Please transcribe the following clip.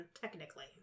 technically